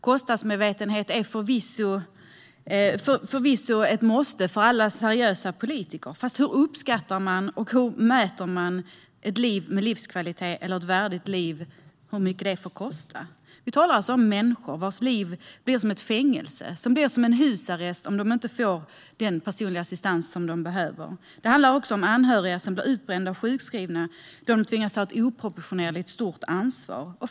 Kostnadsmedvetenhet är förvisso ett måste för alla seriösa politiker. Men hur uppskattar och mäter man vad ett liv med livskvalitet eller ett värdigt liv får kosta? Vi talar om människor vars liv blir som ett fängelse, en husarrest, om de inte får den personliga assistans de behöver. Det handlar också om anhöriga som blir utbrända och sjukskrivna då de tvingas ta ett oproportionerligt stort ansvar.